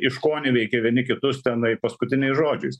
iškoneveikė vieni kitus tenai paskutiniais žodžiais